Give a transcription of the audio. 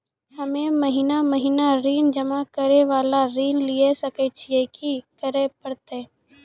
हम्मे महीना महीना ऋण जमा करे वाला ऋण लिये सकय छियै, की करे परतै?